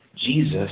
Jesus